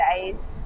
days